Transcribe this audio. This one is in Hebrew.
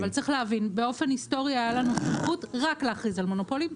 אבל צריך להבין באופן היסטורי היה לנו סמכות רק להכריז על מונופולים,